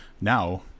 now